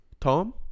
Tom